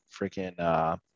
freaking